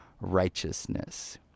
righteousness